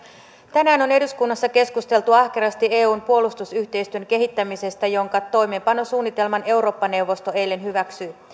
tänään on eduskunnassa keskusteltu ahkerasti eun puolustusyhteistyön kehittämisestä jonka toimeenpanosuunnitelman eurooppa neuvosto eilen hyväksyi